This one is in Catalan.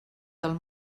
del